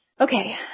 Okay